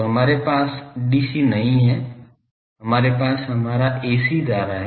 तो हमारे पास dc नहीं है हमारे पास हमारा ac धारा है